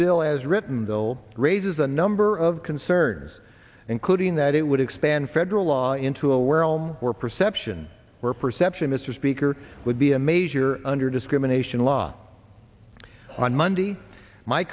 bill as written bill raises a number of concerns including that it would expand federal law into a where elm or perception where perception mr speaker would be a major under discrimination law on monday my